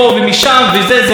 שר העבודה, זה לא באחריותו.